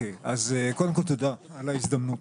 קודם כול תודה על ההזדמנות.